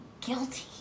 guilty